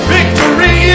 Victory